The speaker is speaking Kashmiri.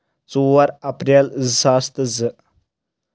ژور اپریل زٕ ساس تہٕ زٕ